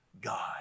God